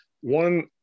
one